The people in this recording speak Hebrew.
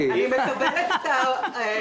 אני לא בחנתי את הדברים,